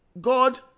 God